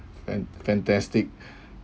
fan~ fantastic